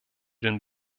den